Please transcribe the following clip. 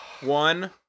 One